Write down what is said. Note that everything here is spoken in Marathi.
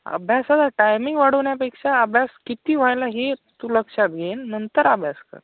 अभ्यासाचा टायमिंग वाढवण्यापेक्षा अभ्यास किती व्हायला हे तू लक्षात घे न नंतर अभ्यास कर